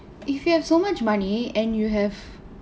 if you have so much money and you have